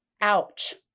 Ouch